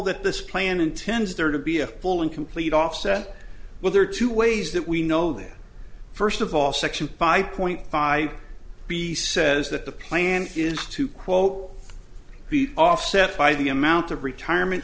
that this plan intends there to be a full and complete offset well there are two ways that we know that first of all section five point five b says that the plan is to quote offset by the amount of retirement